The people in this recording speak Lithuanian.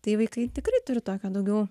tai vaikai tikrai turiu tokio daugiau